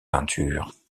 peintures